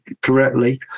correctly